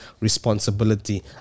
responsibility